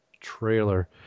trailer